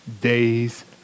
days